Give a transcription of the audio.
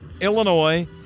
Illinois